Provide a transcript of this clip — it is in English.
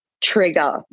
trigger